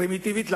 למה פרימיטיבית?